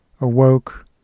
awoke